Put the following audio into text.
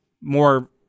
more